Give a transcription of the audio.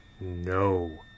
no